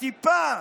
טיפה,